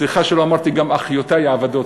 סליחה שלא אמרתי גם, אחיותי העבדות.